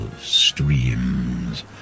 streams